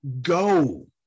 go